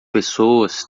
pessoas